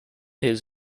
his